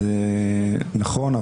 נכון,